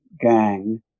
gang